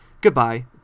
goodbye